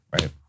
right